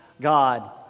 God